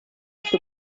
sub